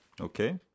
Okay